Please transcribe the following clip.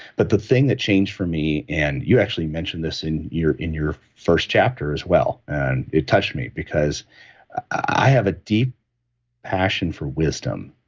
but the thing that changed for me, and you actually mentioned this in your in your first chapter as well and it touched me because i have a deep passion for wisdom.